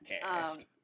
cast